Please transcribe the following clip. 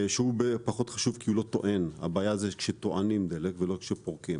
שהוא פחות חשוב כי הוא לא טוען והבעיה היא כשטוענים ולא כשפורקים